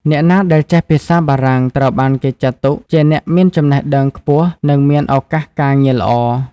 អ្នកណាដែលចេះភាសាបារាំងត្រូវបានគេចាត់ទុកជាអ្នកមានចំណេះដឹងខ្ពស់ និងមានឱកាសការងារល្អ។